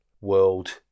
world